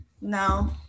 No